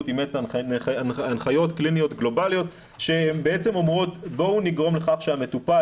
אימץ הנחיות קליניות גלובליות שבעצם אומרות שנגרום לכך שהמטופל,